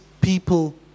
people